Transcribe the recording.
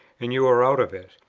and you are out of it.